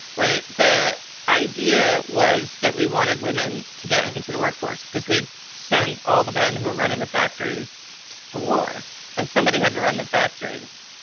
right. the idea was that we wanted women to get into the workforce because we sent all the men who were running the factories to war and somebody had to run the factories.